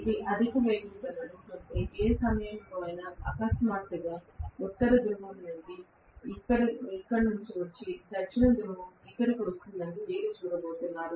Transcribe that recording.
ఇది అధిక వేగంతో నడుస్తుంటే ఏ సమయంలోనైనా అకస్మాత్తుగా ఉత్తర ధ్రువం ఇక్కడకు వచ్చి దక్షిణ ధృవం ఇక్కడకు వస్తుందని మీరు చూడబోతున్నారు